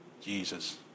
Jesus